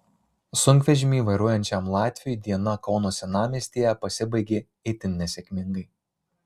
sunkvežimį vairuojančiam latviui diena kauno senamiestyje pasibaigė itin nesėkmingai